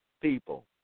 people